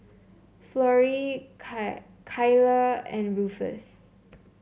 Florie Kylah and Rufus